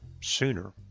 sooner